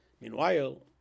Meanwhile